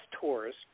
tours